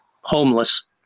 homeless